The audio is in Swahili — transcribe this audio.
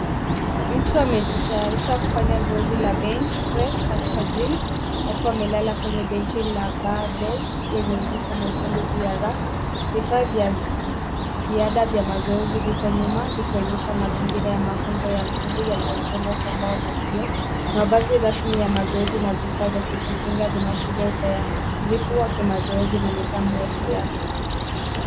Mtu wa mejitayarisha kufanya zoezi la bench press katika gym alikuwa amelala kwenye benchi la barbell yenye uzito mwekundu juu ya rack vifaa vya ziada vya mazoezi vipo nyuma, vikionyesha mazingira ya mafunzo ya nguvu yaliyojengwa kwa mbao na vyoo. Mavazi rasmi ya mazoezi na vifaa vya kujikinga vinaashiria utayarifu wa kimazoezi na nidhamu ya kiafya.